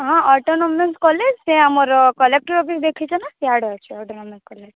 ହଁ autonomous college ସେ ଆମର କଲେକ୍ଟର୍ ଅଫିସ୍ ଦେଖିଛ ନା ସିଆଡ଼େ ଅଛି ଅଟୋନୋମସ୍ କଲେଜ୍